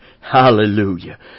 Hallelujah